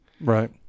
Right